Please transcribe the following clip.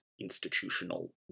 institutional